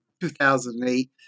2008